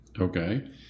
Okay